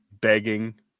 Begging